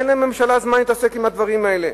אין לממשלה זמן להתעסק עם הדברים האלה.